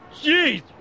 jeez